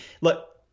look